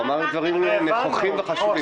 הוא אמר דברים נכוחים וחשובים.